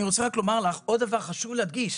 אני רוצה רק לומר לך עוד דבר חשוב להדגיש.